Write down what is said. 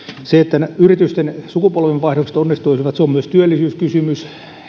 se että yritysten sukupolvenvaihdokset onnistuisivat on myös työllisyyskysymys